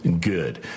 good